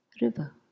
river